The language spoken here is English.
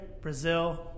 Brazil